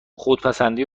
خودپسندی